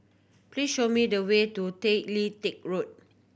please show me the way to Tay Lian Teck Road